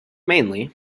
mainly